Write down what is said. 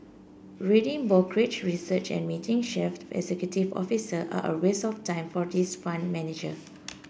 reading brokerage research and meeting chief executive officer are a waste of time for this fund manager